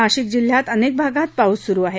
नाशिक जिल्ह्यात अनेक भागात पाऊस सुरू आहे